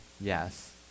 Yes